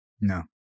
No